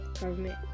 government